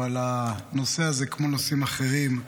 אבל הנושא הזה, כמו נושאים אחרים,